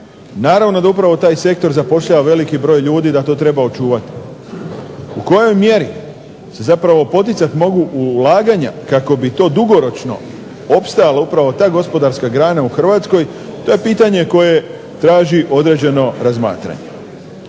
Naravno da taj sektor zapošljava veliki broj ljudi, da to treba očuvati. U kojoj mjeri se zapravo mogu poticati ulaganja kako bi to dugoročno opstalo upravo ta gospodarska grana u Hrvatskoj, to je pitanje koje traži određeno razmatranje.